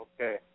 Okay